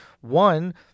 one